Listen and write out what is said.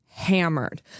hammered